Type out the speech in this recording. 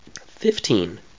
Fifteen